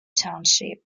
township